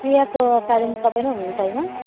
प्रियाको parents तपाईँ नै हुनुहुन्छ हाेइन